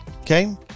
okay